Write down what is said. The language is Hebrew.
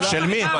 של מי?